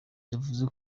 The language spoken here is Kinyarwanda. yavuze